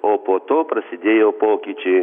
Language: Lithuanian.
o po to prasidėjo pokyčiai